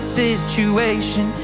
situation